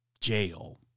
jail